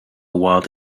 while